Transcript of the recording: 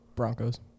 Broncos